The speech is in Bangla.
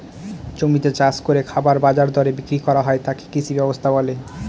জমিতে চাষ করে খাবার বাজার দরে বিক্রি করা হয় তাকে কৃষি ব্যবস্থা বলে